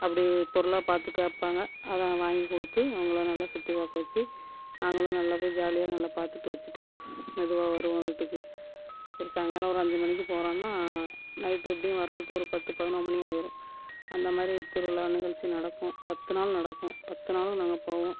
அப்படி பொருளாக பார்த்து கேட்பாங்க அதை நான் வாங்கி கொடுத்து அவங்கள நல்லா சுற்றி பார்க்க வச்சு நாங்களும் நல்லா போய் ஜாலியாக நல்லா பார்த்துட்டு வச்சிட்டு மெதுவாக வருவோம் வீட்டுக்கு ஒரு சாயங்காலம் ஒரு அஞ்சு மணிக்கு போறோம்னா நைட் எப்படியும் வர்றதுக்கு ஒரு பத்து பதினோரு மணி ஆயிடும் அந்த மாதிரி திருவிழா நிகழ்ச்சி நடக்கும் பத்து நாள் நடக்கும் பத்து நாளும் நாங்கள் போவோம்